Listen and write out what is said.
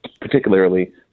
particularly